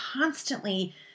constantly